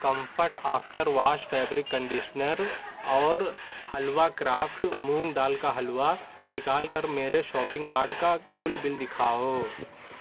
comfort after wash fabric conditioner اور halwa craft مونگ دال کا حلوا نکال کر میرے شاپنگ کارٹ کا کل بل دکھاؤ